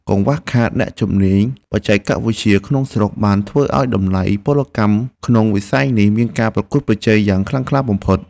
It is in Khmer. កង្វះខាតអ្នកជំនាញបច្ចេកវិទ្យាក្នុងស្រុកបានធ្វើឱ្យតម្លៃកម្លាំងពលកម្មក្នុងវិស័យនេះមានការប្រកួតប្រជែងយ៉ាងខ្លាំងក្លាបំផុត។